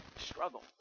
struggle